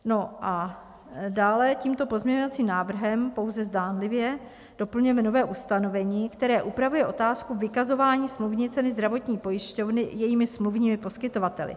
No a dále tímto pozměňovacím návrhem pouze zdánlivě doplňujeme nové ustanovení, které upravuje otázku vykazování smluvní ceny zdravotní pojišťovny jejími smluvními poskytovateli.